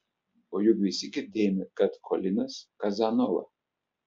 o juk visi girdėjome kad kolinas kazanova